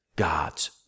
God's